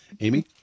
Amy